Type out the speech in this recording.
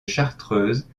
chartreuse